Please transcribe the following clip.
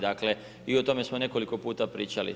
Dakle, i o tome smo nekoliko puta pričali.